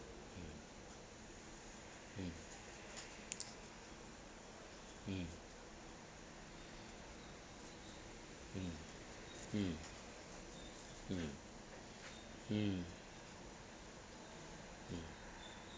mm mm mm mm mm mm mm mm